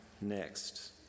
next